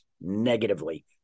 negatively